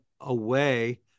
away